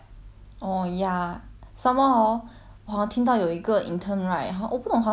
somemore hor 我好像听到有一个 intern right hor 我不懂好像是学 hospitality 的好像